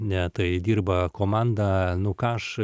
ne tai dirba komanda nu ką aš